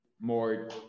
more